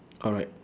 alright